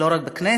ולא רק בכנסת,